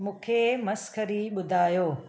मूंखे मसख़री ॿुधायो